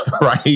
Right